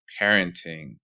parenting